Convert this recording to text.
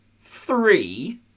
three